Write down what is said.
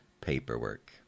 paperwork